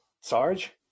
Sarge